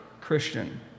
Christian